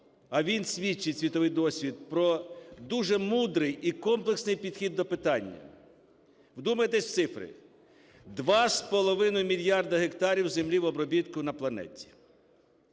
А він свідчить, світовий досвід, про дуже мудрий і комплексний підхід до питання. Вдумайтесь в цифри: 2,5 мільярда гектарів землі в обробітку на планеті.